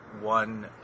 one